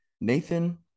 Nathan